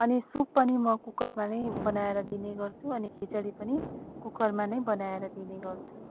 अनि सुप पनि म कुकरमा नै बनाएर दिने गर्छु अनि खिचडी पनि कुकरमा नै बनाएर दिने गर्छु